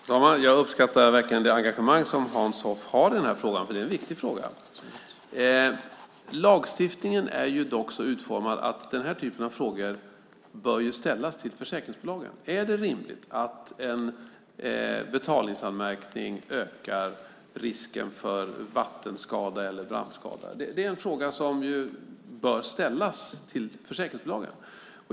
Fru talman! Jag uppskattar verkligen det engagemang som Hans Hoff har i denna fråga eftersom det är en viktig fråga. Lagstiftningen är dock så utformad att denna typ av frågor bör ställas till försäkringsbolagen. Är det rimligt att en betalningsanmärkning ökar risken för vattenskada eller brand? Det är en fråga som bör ställas till försäkringsbolagen.